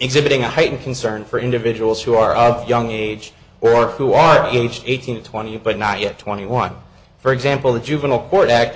exhibiting heightened concern for individuals who are of young age or who are eighteen twenty but not yet twenty one for example the juvenile court act